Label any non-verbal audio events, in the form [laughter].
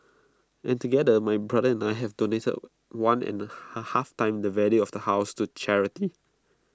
and together my brother and I have donated one and A [unintelligible] half times the value of the house to charity